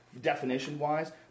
definition-wise